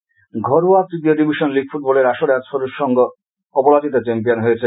football ঘরোয়া তৃতীয় division league ফুটবলের আসরে সরোজ সংঘ অপরাজিত চ্যাম্পিয়ন হয়েছে